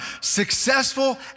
successful